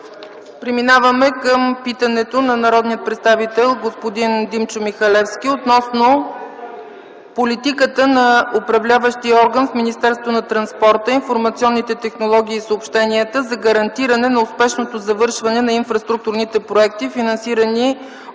Преминаваме към питането на народния представител господин Димчо Михалевски относно политиката на управляващия орган в Министерството на транспорта, информационните технологии и съобщенията за гарантиране на успешното завършване на инфраструктурните проекти, финансирани от